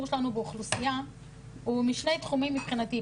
שלנו באוכלוסייה הוא משני תחומים מבחינתי.